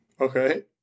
Okay